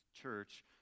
church